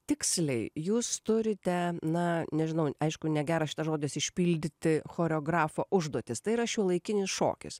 tiksliai jūs turite na nežinau aišku negeras šitas žodis išpildyti choreografo užduotis tai yra šiuolaikinis šokis